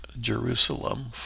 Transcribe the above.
Jerusalem